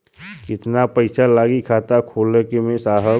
कितना पइसा लागि खाता खोले में साहब?